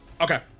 Okay